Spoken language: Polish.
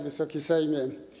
Wysoki Sejmie!